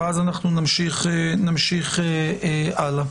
ואז נמשיך הלאה.